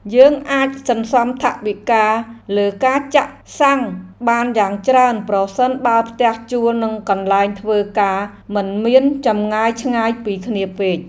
យើងអាចសន្សំថវិកាលើការចាក់សាំងបានយ៉ាងច្រើនប្រសិនបើផ្ទះជួលនិងកន្លែងធ្វើការមិនមានចម្ងាយឆ្ងាយពីគ្នាពេក។